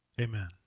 Amen